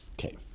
Okay